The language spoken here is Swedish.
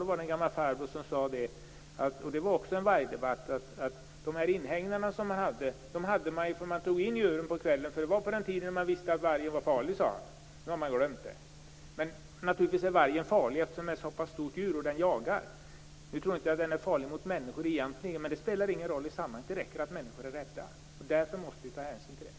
Där fördes det också en vargdebatt. En gammal farbror sade att man hade inhägnader och tog in djuren på kvällen. Han sade att det var på den tiden som man visste att vargen var farlig. Nu har man glömt det. Naturligtvis är vargen farlig. Det är ett stort djur, och det jagar. Jag tror egentligen inte att den är farlig för människor, men det spelar ingen roll i sammanhanget. Det räcker att människor är rädda. Därför måste vi ta hänsyn till det.